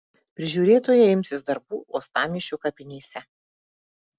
prižiūrėtojai imsis darbų uostamiesčio kapinėse